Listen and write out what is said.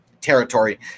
territory